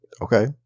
Okay